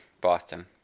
Boston